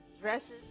dresses